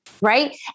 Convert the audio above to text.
right